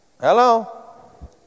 Hello